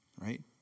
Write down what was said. right